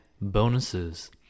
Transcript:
bonuses